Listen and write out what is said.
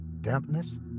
Dampness